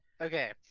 Okay